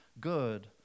good